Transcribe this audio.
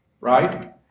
Right